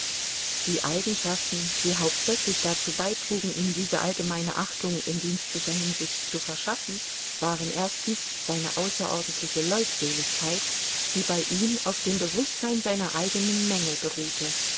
die eigenschaften die hauptsächlich dazu beitrugen ihm diese allgemeine achtung in dienstlicher hinsicht zu verschaffen waren erstens seine außerordentliche leutseligkeit die bei ihm auf dem bewußtsein seiner eigenen mängel beruhte